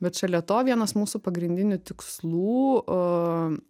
vat šalia to vienas mūsų pagrindinių tikslų